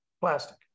Plastic